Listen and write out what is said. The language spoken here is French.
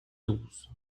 douze